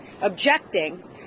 objecting